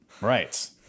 Right